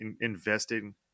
investing